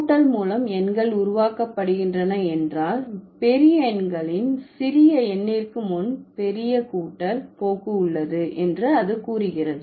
கூட்டல் மூலம் எண்கள் உருவாக்கப்படுகின்றன என்றால் பெரிய எண்களின் சிறிய எண்ணிற்கு முன் பெரிய கூட்டல் போக்கு உள்ளது என்று அது கூறுகிறது